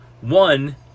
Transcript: one